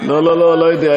לא יודע,